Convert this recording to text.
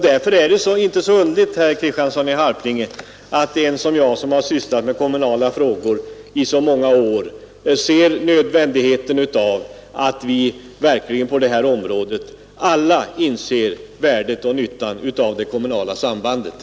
Därför är det inte underligt, herr Kristiansson i Harplinge, att jag som sysslat med kommunala frågor i många år betraktar det som nödvändigt att vi verkligen inser värdet och nyttan av det kommunala sambandet på det här området och den överenskommelse som träffats.